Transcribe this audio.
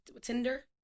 Tinder